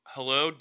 Hello